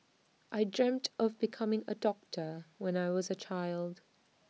I dreamt of becoming A doctor when I was A child